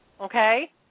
okay